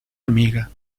amiga